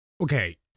Okay